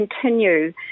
continue